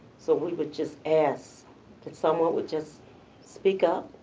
so we would just ask that someone would just speak up,